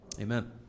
Amen